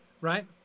right